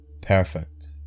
Perfect